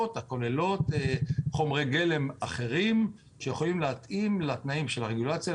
הכוללות חומרי גלם אחרים שיכולים להתאים לתנאים של הרגולציה,